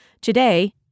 Today